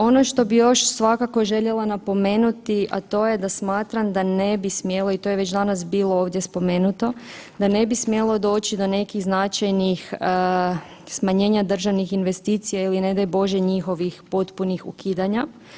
Ono što bi još svakako željela napomenuti, a to je da smatram da ne bi smjeli i to je već danas bilo ovdje spomenuto, da ne bi smjelo doći do nekih značajnih smanjenja državnih investicija ili ne daj Bože njihovih potpunih ukidanja.